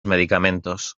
medicamentos